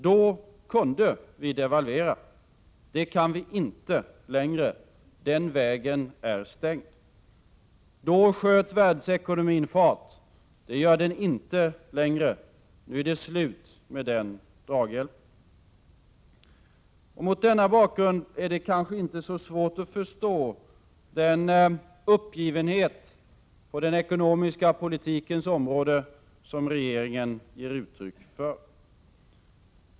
Då kunde vi devalvera. Det kan vi inte längre. Den vägen är stängd. Då sköt världsekonomin fart. Det gör den inte längre. Nu är det slut med den draghjälpen. Mot denna bakgrund är det kanske inte så svårt att förstå den uppgivenhet på den ekonomiska politikens område regeringen ger uttryck för.